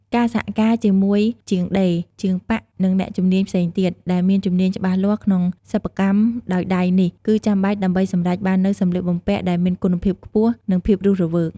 ការសហការជាមួយជាងដេរ ជាងប៉ាក់ និងអ្នកជំនាញផ្សេងទៀត ដែលមានជំនាញច្បាស់លាស់ក្នុងសិប្បកម្មដោយដៃនេះ គឺចាំបាច់ដើម្បីសម្រេចបាននូវសម្លៀកបំពាក់ដែលមានគុណភាពខ្ពស់ និងភាពរស់រវើក ។